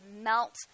melt